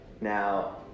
now